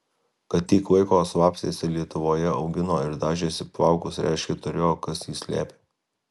kad tiek laiko slapstėsi lietuvoje augino ir dažėsi plaukus reiškia turėjo kas jį slėpė